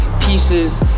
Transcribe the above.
pieces